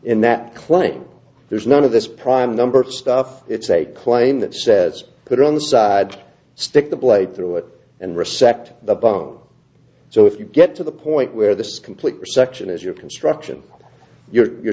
in that claim there's none of this prime number stuff it's a claim that says put on the side stick the blade through it and respect the box so if you get to the point where this complete perception is your construction you